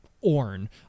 orn